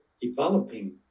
developing